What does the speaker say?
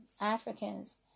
Africans